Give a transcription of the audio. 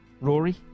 Rory